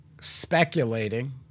speculating